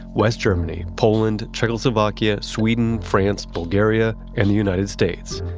west germany, poland, czechoslovakia, sweden, france, bulgaria, and the united states.